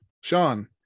Sean